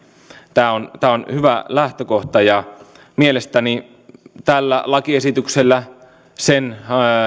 tämä on tämä on hyvä lähtökohta mielestäni tällä lakiesityksellä sen